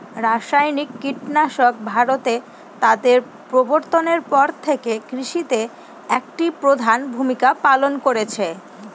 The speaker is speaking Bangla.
রাসায়নিক কীটনাশক ভারতে তাদের প্রবর্তনের পর থেকে কৃষিতে একটি প্রধান ভূমিকা পালন করেছে